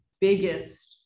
biggest